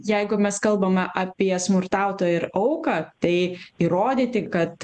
jeigu mes kalbame apie smurtautoją ir auką tai įrodyti kad